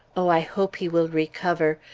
oh! i hope he will recover.